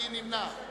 מי נמנע?